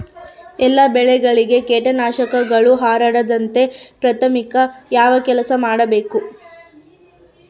ಎಲ್ಲ ಬೆಳೆಗಳಿಗೆ ಕೇಟನಾಶಕಗಳು ಹರಡದಂತೆ ಪ್ರಾಥಮಿಕ ಯಾವ ಕೆಲಸ ಮಾಡಬೇಕು?